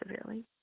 severely